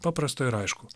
paprasta ir aišku